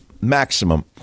maximum